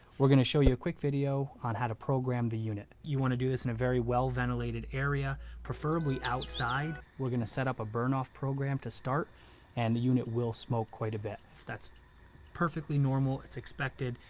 we're gonna show you a quick video on how to program the unit. you'll want to do this in a very well ventilated area preferably outside. we're gonna set up a burn off program to start and the unit will smoke quite a bit. that's perfectly normal, it's expected.